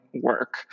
work